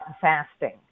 fasting